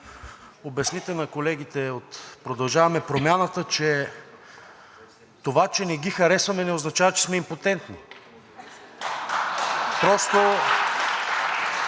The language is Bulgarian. обясните на колегите от „Продължаваме Промяната“, че това, че не ги харесваме, не означава, че сме импотентни.